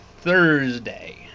Thursday